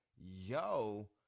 yo